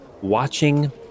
watching